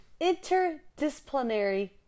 interdisciplinary